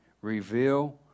reveal